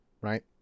right